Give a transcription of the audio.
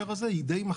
השאלה היא,